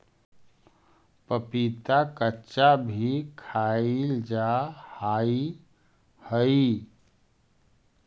पपीता कच्चा भी खाईल जा हाई हई